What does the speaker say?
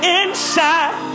inside